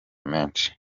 menshi